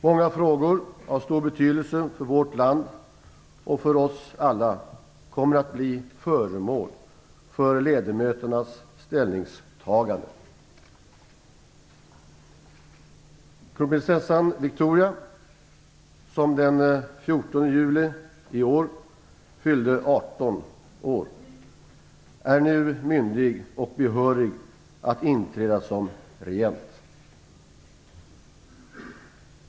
Många frågor av stor betydelse för vårt land och för oss alla kommer att bli föremål för ledamöternas ställningstagande. Kronprinsessan Victoria, som den 14 juli i år fyllde 18 år, är nu myndig och behörig att inträda som regent.